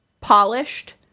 polished